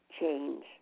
change